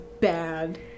bad